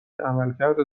عملکرد